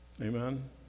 Amen